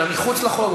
אלא מחוץ לחוק,